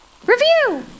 Review